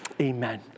Amen